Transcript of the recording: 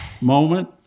moment